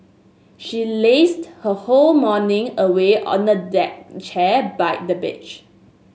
she lazed her whole morning away on a deck chair by the beach